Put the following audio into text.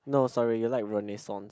no sorry you like Renaissance